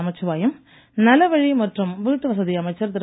நமச்சிவாயம் நலவழி மற்றும் வீட்டுவசதி அமைச்சர் திரு